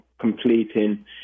completing